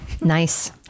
nice